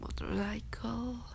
motorcycle